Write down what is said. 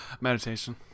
meditation